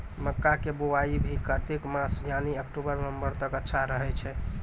मक्का के बुआई भी कातिक मास यानी अक्टूबर नवंबर तक अच्छा रहय छै